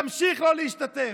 תמשיך לא להשתתף.